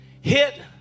Hit